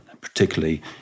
particularly